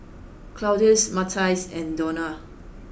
Claudius Matias and Donal